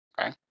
Okay